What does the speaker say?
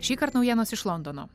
šįkart naujienos iš londono